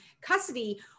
custody